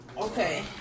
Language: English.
Okay